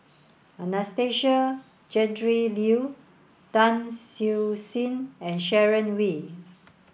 Anastasia Tjendri Liew Tan Siew Sin and Sharon Wee